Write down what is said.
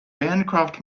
bancroft